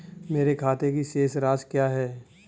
मेरे खाते की शेष राशि क्या है?